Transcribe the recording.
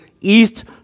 east